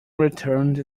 returned